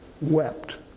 wept